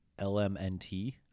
LMNT